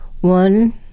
One